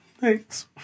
Thanks